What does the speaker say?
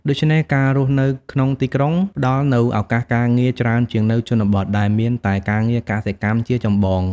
ដូច្នេះ ការរស់នៅក្នុងទីក្រុងផ្ដល់នូវឱកាសការងារច្រើនជាងនៅជនបទ ដែលមានតែការងារកសិកម្មជាចម្បង។